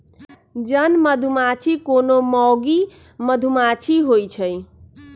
जन मधूमाछि कोनो मौगि मधुमाछि होइ छइ